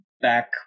back